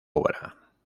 obra